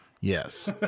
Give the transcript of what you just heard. Yes